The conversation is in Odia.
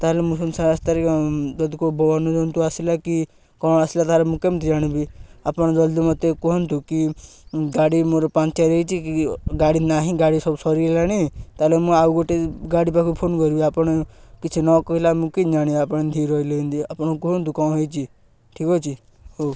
ତା'ହେଲେ ମୁଁ ଶୂନଶାନ ରାସ୍ତାରେ ଯଦି କେଉଁ ବନ୍ୟଜନ୍ତୁ ଆସିଲା କି କ'ଣ ଆସିଲା ତା'ହେଲେ ମୁଁ କେମିତି ଜାଣିବି ଆପଣ ଜଲ୍ଦି ମୋତେ କୁହନ୍ତୁ କି ଗାଡ଼ି ମୋର ପଙ୍କଚର୍ ହେଇଛି କି ଗାଡ଼ି ନାହିଁ ଗାଡ଼ି ସବୁ ସରିଗଲାଣି ତା'ହେଲେ ମୁଁ ଆଉ ଗୋଟେ ଗାଡ଼ି ପାଖକୁ ଫୋନ କରିବି ଆପଣ କିଛି ନ କହିଲ ମୁଁ କେମିତି ଜାଣିବି ଆପଣ ଏମିତି ରହିଲେ ଏମିତି ଆପଣ କୁହନ୍ତୁ କ'ଣ ହେଇଛି ଠିକ୍ ଅଛି ହଉ